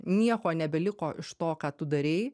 nieko nebeliko iš to ką tu darei